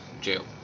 jail